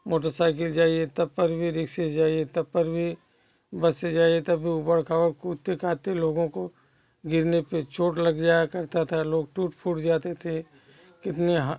motorcycle जाइए तब पर भी रिक्शे से जाइए तप्पर भी बस से जाइए तब भी उबड़ खाबड़ कूदते कादते लोगों को गिरने पर चोट लग जाया करता था लोग टूट फूट जाते थे कितने हाँ